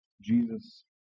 Jesus